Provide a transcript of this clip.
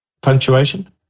punctuation